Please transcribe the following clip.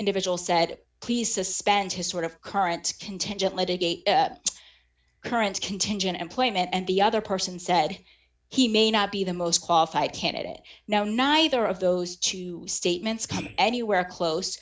individual said please suspend his sort of current contingent litigate current contingent employment and the other person said he may not be the most qualified candidate now neither of those two statements come anywhere close